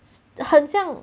很像